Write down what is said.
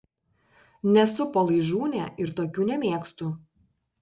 nesu palaižūnė ir tokių nemėgstu